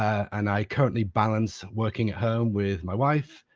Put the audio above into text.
and i currently balance working at home with my wife,